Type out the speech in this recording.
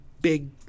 big